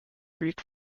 greek